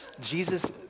Jesus